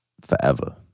forever